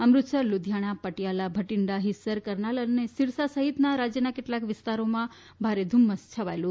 અમૃતસર લુધિયાણાપટીયાલા ભટીંડા હિસર કર્નાલ અને સીરસા સહિત રાજ્યના કેટલાક વિસ્તારોમાં ભારે ધુમ્મસ છવાથેલું છે